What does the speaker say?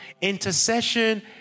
Intercession